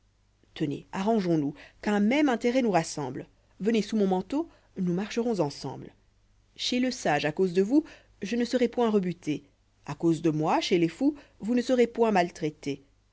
tenez arrangeons nous qu'un même intérêt nous rassemble v venez sous mon manteau nous marcherons ensemble chez lé s'agë ir cause de vous je ne serai point rebutée à causé àé inôf chez les fous vous ne serez point maltraitée